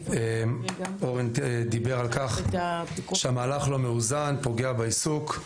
אורן דיבר על כך שהמהלך לא מאוזן ופוגע בעיסוק,